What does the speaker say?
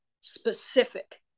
specific